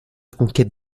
conquête